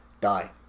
die